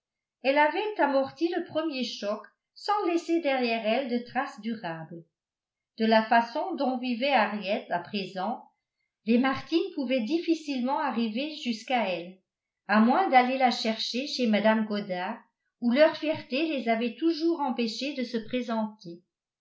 elle avait amorti le premier choc sans laisser derrière elle de traces durables de la façon dont vivait harriet à présent les martin pouvaient difficilement arriver jusqu'à elle moins à d'aller la chercher chez mme goddard où leur fierté les avait toujours empêchés de se présenter